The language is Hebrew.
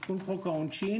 תיקון חוק העונשין.